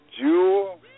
Jewel